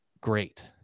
Great